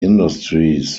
industries